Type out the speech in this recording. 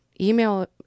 Email